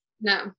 No